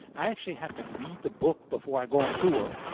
i actually have to read the book before i go on tour.